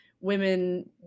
women